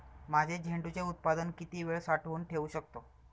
माझे झेंडूचे उत्पादन किती वेळ साठवून ठेवू शकतो?